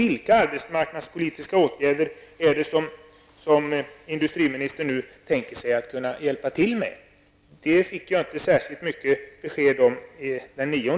Vilka arbetsmarknadspolitiska åtgärder är det som industriministern tänker sig kunna hjälpa till med? Det fick jag inte särskilt mycket av besked om den